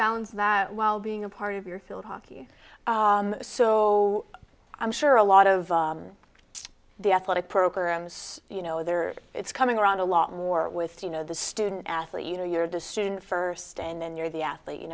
while being a part of your field hockey so i'm sure a lot of the athletic programs you know there it's coming around a lot more with you know the student athlete you know you're the student first and then you're the athlete you